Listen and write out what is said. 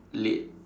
late